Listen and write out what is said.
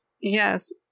Yes